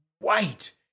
wait